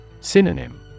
Synonym